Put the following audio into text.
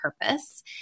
Purpose